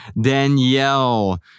Danielle